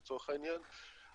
לצורך העניין.